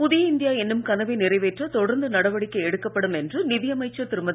புதிய இந்தியா என்னும் கனவை நிறைவேற்ற தொடர்ந்து நடவடிக்கை எடுக்கப்படும் என்று நிதி அமைச்சர் திருமதி